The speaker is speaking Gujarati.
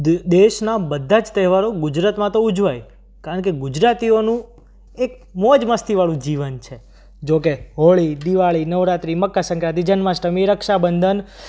દેશના બધા જ તહેવારો ગુજરાતમાં તો ઉજવાય કારણ કે ગુજરાતીઓનું એક મોજ મસ્તીવાળું જીવન છે જોકે હોળી દિવાળી નવરાત્રી મકકરસંક્રાતિ જન્માષ્ટમી રક્ષાબંધન